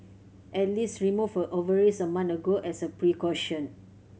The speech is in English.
Alice removed her ovaries a month ago as a precaution